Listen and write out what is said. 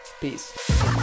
Peace